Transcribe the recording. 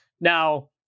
Now